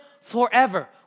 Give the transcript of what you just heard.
forever